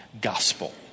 gospel